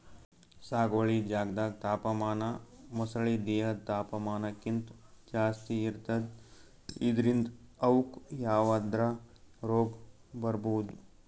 ಸಾಗುವಳಿ ಜಾಗ್ದಾಗ್ ತಾಪಮಾನ ಮೊಸಳಿ ದೇಹದ್ ತಾಪಮಾನಕ್ಕಿಂತ್ ಜಾಸ್ತಿ ಇರ್ತದ್ ಇದ್ರಿಂದ್ ಅವುಕ್ಕ್ ಯಾವದ್ರಾ ರೋಗ್ ಬರ್ಬಹುದ್